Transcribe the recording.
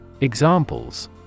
Examples